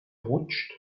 rutscht